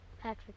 Patrick